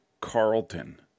Carlton